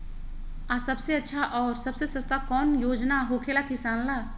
आ सबसे अच्छा और सबसे सस्ता कौन योजना होखेला किसान ला?